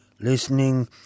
listening